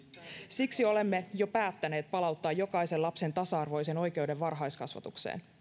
siksi olemme jo päättäneet palauttaa jokaisen lapsen tasa arvoisen oikeuden varhaiskasvatukseen